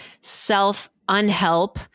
self-unhelp